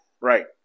Right